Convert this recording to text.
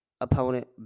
opponent